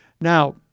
Now